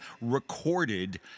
recorded